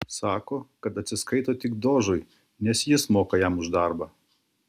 sako kad atsiskaito tik dožui nes jis moka jam už darbą